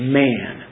man